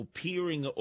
peering